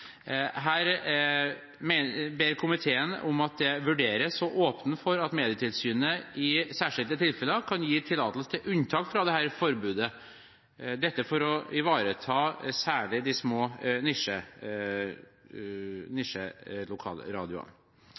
Her ber komiteen om at det vurderes å åpne for at Medietilsynet i særskilte tilfeller kan gi tillatelse til unntak fra dette forbudet – dette for å ivareta særlig de små